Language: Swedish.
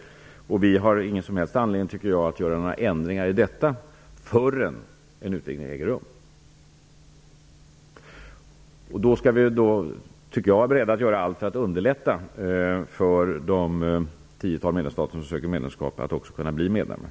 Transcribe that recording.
Jag tycker inte att vi har någon som helst anledning att göra några ändringar i detta förrän en utvidgning äger rum. Då skall vi, tycker jag, vara beredda att göra allt för att underlätta för det tiotal stater som söker medlemskap att just bli medlemmar.